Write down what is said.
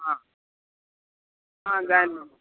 ஆ ஆ ஜாயின் பண்ணட்டும்